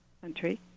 country